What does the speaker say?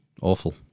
awful